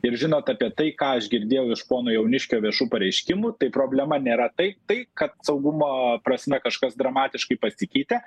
ir žinot apie tai ką aš girdėjau iš pono jauniškio viešų pareiškimų tai problema nėra tai tai kad saugumo prasme kažkas dramatiškai pasikeitė